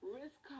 risk